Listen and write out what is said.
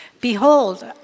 Behold